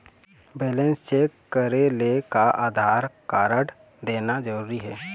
Balance check करेले का Aadhaar card देना जरूरी हे?